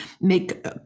make